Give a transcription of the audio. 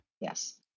yes